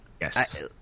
Yes